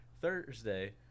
Thursday